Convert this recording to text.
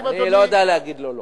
אני לא יודע להגיד לו לא.